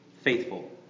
faithful